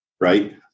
right